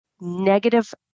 negative